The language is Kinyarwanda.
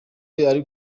ari